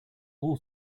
all